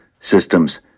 systems